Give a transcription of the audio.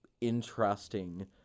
interesting